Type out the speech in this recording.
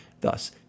Thus